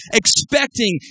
expecting